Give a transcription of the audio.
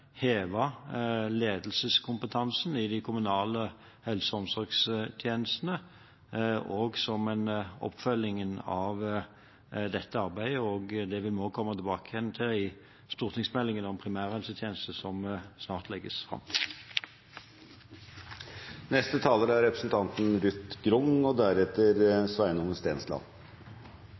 ledelseskompetansen i de kommunale helse- og omsorgstjenestene, og oppfølgingen av dette arbeidet må vi komme tilbake til igjen i stortingsmeldingen om primærhelsetjenesten, som snart legges fram. Jeg vil først takke representanten